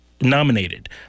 nominated